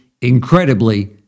incredibly